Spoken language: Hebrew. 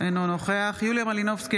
אינו נוכח יוליה מלינובסקי,